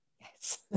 Yes